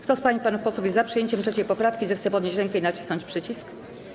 Kto z pań i panów posłów jest za przyjęciem 3. poprawki, zechce podnieść rękę i nacisnąć przycisk.